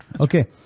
okay